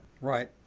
Right